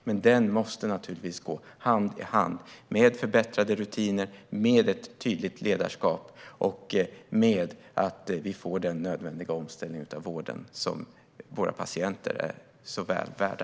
Men den måste gå hand i hand med förbättrade rutiner, med ett tydligt ledarskap och med att vi får den nödvändiga omställning av vården som våra patienter är så väl värda.